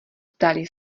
ptali